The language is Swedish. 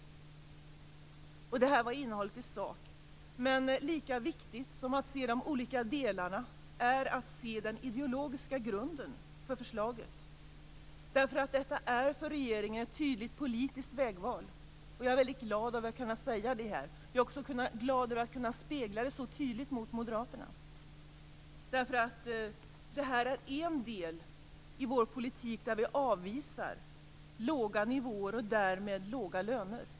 Detta är innehållet i sak. Men lika viktigt som att se de olika delarna är att se den ideologiska grunden för förslaget. Detta är för regeringen ett tydligt politiskt vägval. Jag är väldigt glad att kunna säga det här och att kunna spegla det så tydligt mot Moderaterna. Det här är en del i vår politik där vi avvisar låga nivåer och därmed låga löner.